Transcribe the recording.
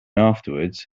afterwards